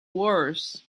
wars